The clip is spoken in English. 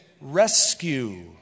rescue